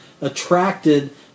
attracted